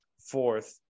fourth